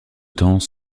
temps